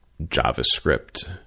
JavaScript